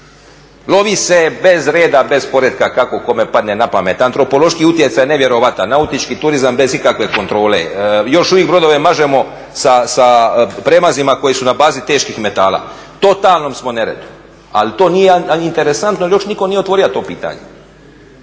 lovi se bez reda, bez poretka kako kome padne na pamet, antropološki utjecaj je nevjerojatan, nautički turizam bez ikakve kontrole. Još uvijek brodove mažemo sa premazima koji su na bazi teških metala. U totalnom smo neredu, ali to nije interesantno jer još nitko nije otvorio to pitanje.